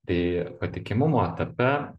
tai patikimumo etape